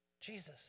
Jesus